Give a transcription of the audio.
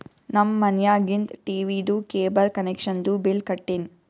ನಮ್ ಮನ್ಯಾಗಿಂದ್ ಟೀವೀದು ಕೇಬಲ್ ಕನೆಕ್ಷನ್ದು ಬಿಲ್ ಕಟ್ಟಿನ್